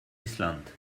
island